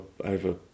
over